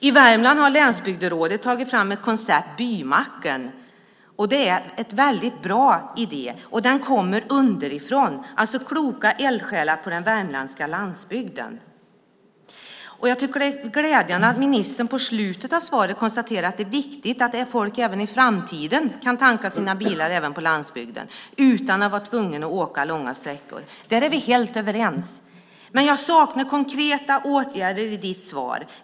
I Värmland har länsbygderådet tagit fram ett koncept, Bymacken. Det är en väldigt bra idé. Den kommer underifrån, alltså från kloka eldsjälar på den värmländska landsbygden. Jag tycker att det är glädjande att ministern i slutet av svaret konstaterar att det är viktigt att folk även i framtiden kan tanka sina bilar på landsbygden utan att vara tvungna att åka långa sträckor. Där är vi helt överens, men jag saknar konkreta åtgärder i svaret.